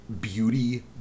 beauty